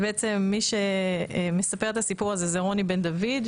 מי שמספר את הסיפור הזה זה רוני בן דוד,